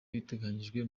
biteganyijwe